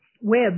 web